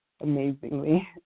amazingly